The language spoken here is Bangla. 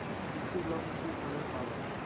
কৃষি লোন কিভাবে পাব?